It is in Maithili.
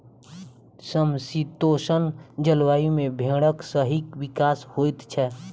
समशीतोष्ण जलवायु मे भेंड़क सही विकास होइत छै